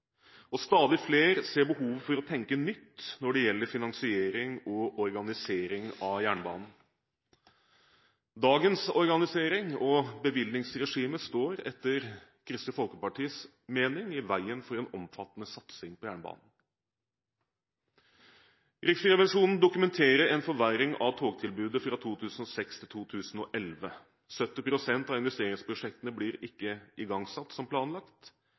Stadig flere ser behov for å tenke nytt når det gjelder finansiering og organisering av jernbanen. Dagens organisering og bevilgningsregime står, etter Kristelig Folkepartis mening, i veien for en omfattende satsing på jernbanen. Riksrevisjonen dokumenterer en forverring av togtilbudet fra 2006 til 2011. 70 pst. av investeringsprosjektene blir ikke igangsatt som planlagt,